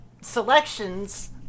selections